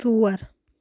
ژور